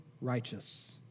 righteous